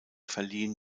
verliehen